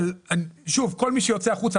כל מי שיוצא החוצה,